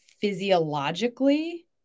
physiologically